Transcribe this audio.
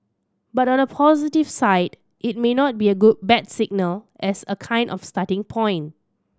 but on the positive side it may not be a good bad signal as a kind of starting point